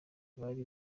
bari